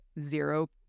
zero